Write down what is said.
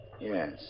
Yes